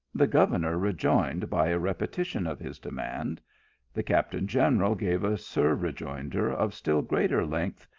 the governor rejoined by a repetition of his demand the captain-general gave a sur-rejoinder of still greater length,